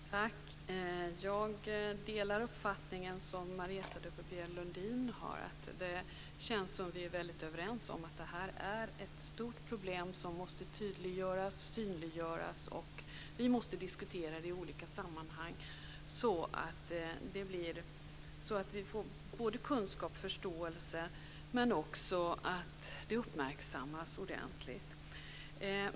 Herr talman! Jag delar Marietta de Pourbaix Lundins uppfattning att det känns som att vi är väldigt överens om att det här är ett stort problem som måste tydliggöras och synliggöras. Vi måste diskutera det i olika sammanhang så att vi får både kunskap och förståelse och så att detta uppmärksammas ordentligt.